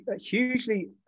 Hugely